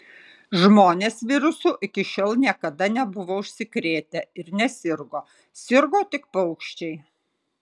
žmonės virusu iki šiol niekada nebuvo užsikrėtę ir nesirgo sirgo tik paukščiai